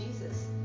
Jesus